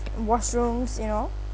washrooms you know